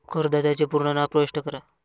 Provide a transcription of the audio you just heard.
करदात्याचे पूर्ण नाव प्रविष्ट करा